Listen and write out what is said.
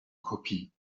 kopie